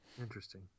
Interesting